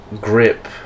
grip